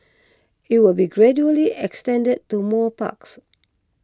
it will be gradually extended to more parks